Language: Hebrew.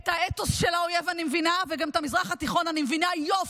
את האתוס של האויב אני מבינה וגם את המזרח התיכון אני מבינה יופי.